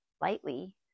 lightly